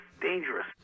dangerous